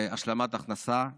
השלמת הכנסה לקשישים,